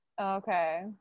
Okay